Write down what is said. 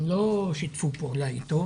הם לא שיתפו פעולה איתו.